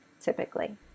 typically